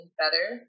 better